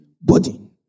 body